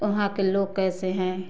वहाँ के लोग कैसे हैं